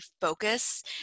focus